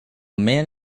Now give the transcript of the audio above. man